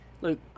Look